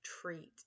treat